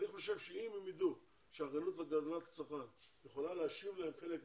אני חושב שאם הם ידעו שהרשות להגנת הצרכן יכולה להשיב להם חלק מהכסף,